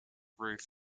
roof